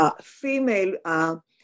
female